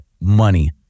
Money